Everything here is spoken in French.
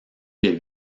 les